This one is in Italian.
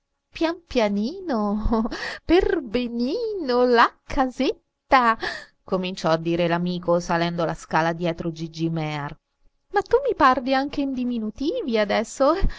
pian pianino per benino la casetta cominciò a dire l'amico salendo la scala dietro gigi mear ma tu mi parli anche in diminutivi adesso